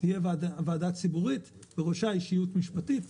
תהיה ועדה ציבורית שבראשה אישיות משפטית.